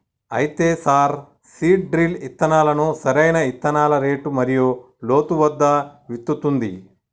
అయితే sir seed drill ఇత్తనాలను సరైన ఇత్తనాల రేటు మరియు లోతు వద్ద విత్తుతుంది